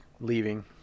leaving